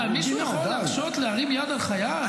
מה, מישהו יכול להרשות להרים יד על חייל?